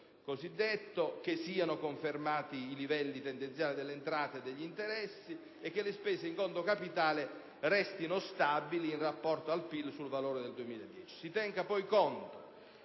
triennio, che siano confermati i livelli tendenziali delle entrate e degli interessi e che le spese in conto capitale restino stabili in rapporto al PIL sul valore del 2010. Si tenga poi conto